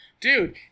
dude